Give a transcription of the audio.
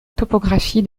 topographie